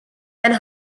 and